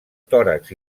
tòrax